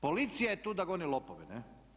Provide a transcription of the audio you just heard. Policija je tu da goni lopove, ne'